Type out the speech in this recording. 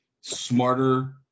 Smarter